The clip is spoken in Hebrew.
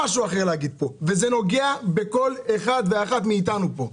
זה נוגע בכל אחד ואחת מאיתנו פה,